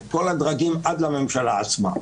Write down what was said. את כל הדרגים עד לממשלה עצמה.